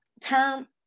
term